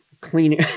cleaning